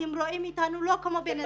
אתם רואים אותנו לא כמו בני אדם.